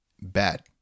bad